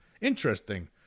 interesting